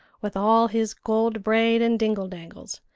with all his gold braid and dingle-dangles.